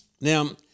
Now